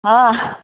हँ